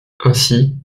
ainsi